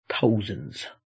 thousands